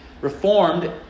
Reformed